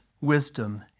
wisdom